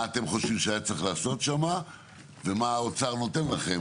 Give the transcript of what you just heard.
מה אתם חושבים שהיה צריך לעשות שם ומה האוצר נותן לכם,